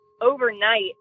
overnight